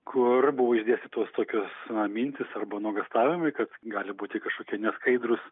kur buvo išdėstytos tokios na mintys arba nuogąstavimai kad gali būti kažkokie neskaidrūs